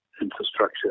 infrastructure